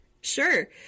Sure